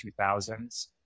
2000s